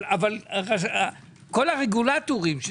כל הרגולטורים,